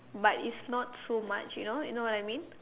but it's not so much you know you know what I mean